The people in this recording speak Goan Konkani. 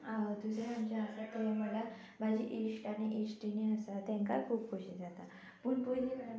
आं दुसरें म्हाजें आसा तें म्हळ्यार म्हाजी इश्ट आनी इश्टीनी आसा तांकां खूब खोशी जाता पूण पयलीं म्हणल्यार म्हज्या कुटूंब